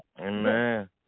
Amen